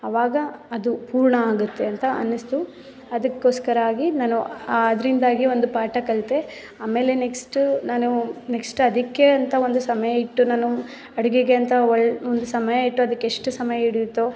ಅವಾಗ ಅದು ಪೂರ್ಣ ಆಗುತ್ತೆ ಅಂತ ಅನ್ನಿಸ್ತು ಅದಕ್ಕೋಸ್ಕರವಾಗಿ ನಾನು ಆದ್ದರಿಂದಾಗಿ ಒಂದು ಪಾಠ ಕಲಿತೆ ಆಮೇಲೆ ನೆಕ್ಸ್ಟು ನಾನು ನೆಕ್ಸ್ಟ್ ಅದಕ್ಕೆ ಅಂತ ಒಂದು ಸಮಯ ಇಟ್ಟು ನಾನು ಅಡುಗೆಗೆ ಅಂತ ಒಳ್ಳೆ ಒಂದು ಸಮಯ ಇಟ್ಟು ಅದಕ್ಕೆ ಎಷ್ಟು ಸಮಯ ಹಿಡಿಯಿತೋ